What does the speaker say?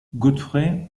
godfrey